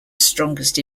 strongest